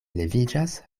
leviĝas